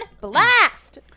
blast